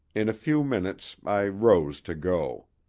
in a few minutes i rose to go.